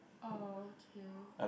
orh okay